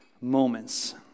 moments